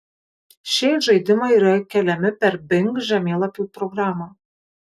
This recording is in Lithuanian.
šie į žaidimą yra įkeliami per bing žemėlapių programą